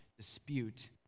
dispute